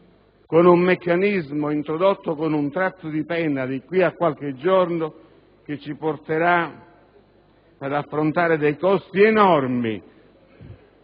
con un meccanismo, introdotto con un tratto di penna di qui a qualche giorno, che ci porterà ad affrontare costi enormi,